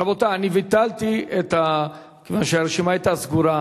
רבותי, אני ביטלתי כיוון שהרשימה היתה סגורה.